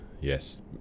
Yes